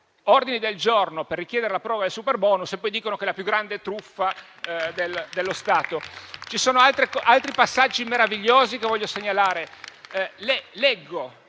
ordini del giorno per richiedere la proroga del superbonus e poi dicono che è la più grande truffa dello Stato. Ci sono altri passaggi meravigliosi che voglio segnalare, li leggo: